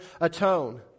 atone